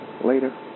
Later